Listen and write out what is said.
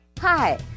Hi